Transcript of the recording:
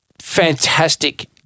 fantastic